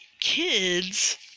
kids